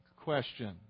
question